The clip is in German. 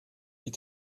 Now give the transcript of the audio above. die